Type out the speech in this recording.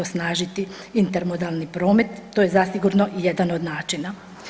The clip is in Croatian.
Osnažiti intermodalni promet to je zasigurno jedan od načina.